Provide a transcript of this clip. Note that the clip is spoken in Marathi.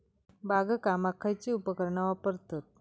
बागकामाक खयची उपकरणा वापरतत?